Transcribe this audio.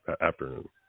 Afternoon